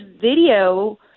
video